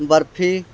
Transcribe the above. barfi